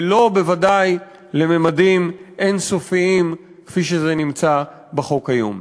ובוודאי לא לממדים אין-סופיים כפי שזה קיים בחוק היום.